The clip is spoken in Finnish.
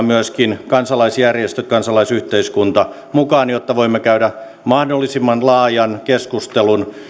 myöskin kansalaisjärjestöt kansalaisyhteiskunta mukaan jotta voimme käydä mahdollisimman laajan keskustelun